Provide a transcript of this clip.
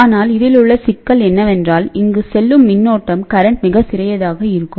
ஆனால் இதில் உள்ள சிக்கல் என்னவென்றால் இங்கு செல்லும் மின்னோட்டம் மிகச் சிறியதாக இருக்கும்